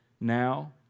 now